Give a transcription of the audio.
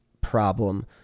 problem